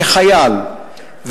כחייל,